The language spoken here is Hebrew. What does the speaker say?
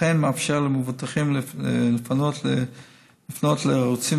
וכן מאפשר למבוטחים לפנות לערוצים